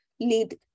Lead